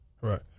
right